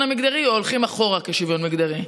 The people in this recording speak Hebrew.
המגדרי או הולכים אחורה בשוויון מגדרי?